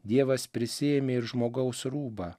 dievas prisiėmė ir žmogaus rūbą